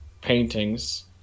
paintings